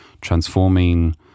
transforming